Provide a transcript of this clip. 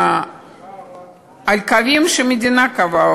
היום על קווים שהמדינה קבעה,